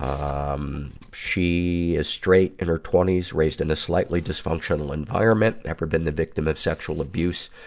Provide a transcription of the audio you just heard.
um um she is straight, in her twenty s, raised in a slightly dysfunctional environment. ever been the victim of sexual abuse?